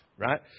Right